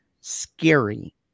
scary